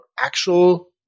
actual